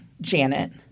Janet